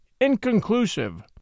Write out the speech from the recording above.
inconclusive